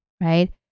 right